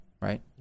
right